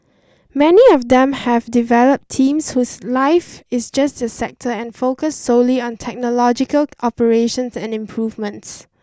many of them have developed teams whose life is just the sector and focus solely on technological operations and improvements